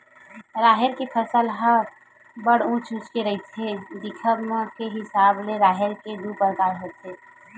राहेर के फसल ह बड़ उँच उँच रहिथे, दिखब के हिसाब ले राहेर के दू परकार होथे